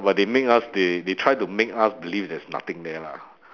but they make us they they try to make us believe there's nothing there lah